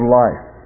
life